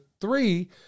three